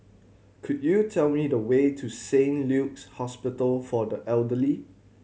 could you tell me the way to Saint Luke's Hospital for the Elderly